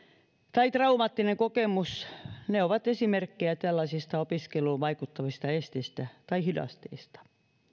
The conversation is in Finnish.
tai traumaattinen kokemus ovat esimerkkejä tällaisista opiskeluun vaikuttavista esteistä tai hidasteista